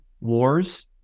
wars